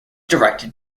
directed